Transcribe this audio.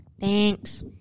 Thanks